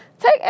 Take